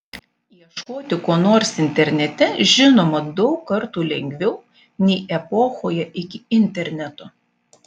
ieškoti ko nors internete žinoma daug kartų lengviau nei epochoje iki interneto